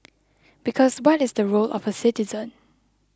because what is the role of a citizen